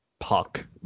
puck